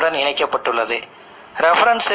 இப்போதைக்கு இது சுமார் 0